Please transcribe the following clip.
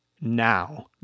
now